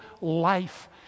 life